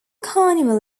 carnival